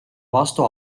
vastu